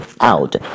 out